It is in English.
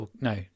no